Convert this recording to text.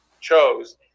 chose